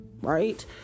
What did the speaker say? right